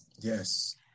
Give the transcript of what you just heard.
Yes